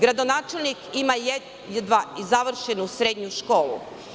Gradonačelnik ima jedva i završenu srednju školu.